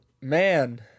man